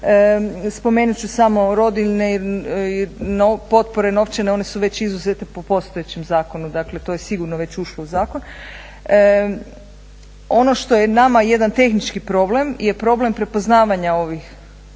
Spomenut ću samo rodiljne potpore novčane one su već izuzete po postojećem zakonu, dakle to je sigurno već ušlo u zakon. Ono što je nama jedan tehnički problem je problem prepoznavanja